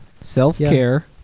Self-care